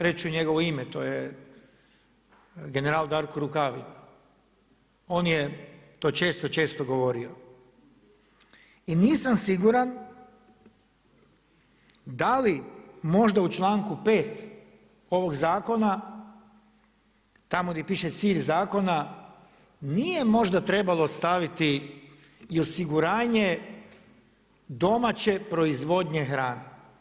Reći ću njegovo ime to je general Darko Rukavina, on je to često, često govorio i nisam siguran da li možda u članku 5. ovog Zakona tamo gdje piše cilj zakona nije možda trebalo staviti i osiguranje domaće proizvodnje hrane.